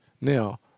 Now